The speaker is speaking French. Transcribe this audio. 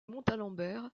montalembert